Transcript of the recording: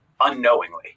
unknowingly